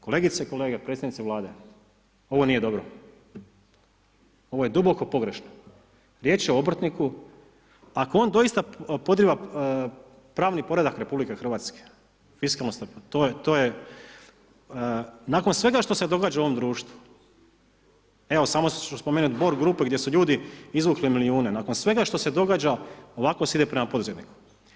Kolegice i kolege, predstavnici Vlade ovo nije dobro, ovo je duboko pogrešno, riječ je o obrtniku ako on doista podriva pravni poredak RH fiskalnu stabilnost, nakon svega što se događa u ovom društvu evo samo ću spomenuti Borg grupu gdje su ljudi izvukli milijune, nakon svega što se događa, ovako se ide prema poduzetniku.